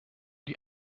die